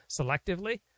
selectively